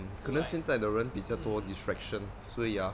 可能现在的人比较多 distraction 所以啊